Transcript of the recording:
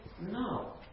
No